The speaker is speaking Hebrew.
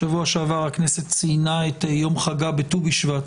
שבוע שעבר הכנסת ציינה את יום חגה בט"ו בשבט